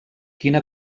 quina